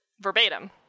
verbatim